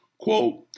Quote